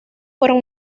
fueron